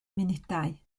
munudau